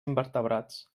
invertebrats